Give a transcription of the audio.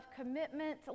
commitment